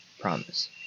Promise